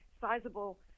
sizable